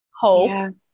hope